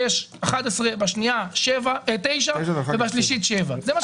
יש 11. בשנייה יש 9 ובשלישית 7. זה מה שכתוב.